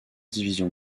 division